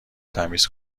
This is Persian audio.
تمیز